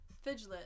Fidget